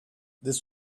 this